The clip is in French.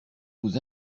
vous